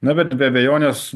na bet be abejonės